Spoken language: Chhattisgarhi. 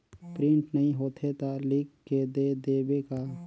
प्रिंट नइ होथे ता लिख के दे देबे का?